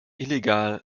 illegal